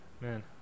Man